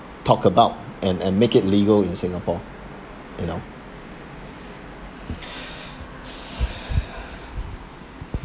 talk about and and make it legal in singapore you know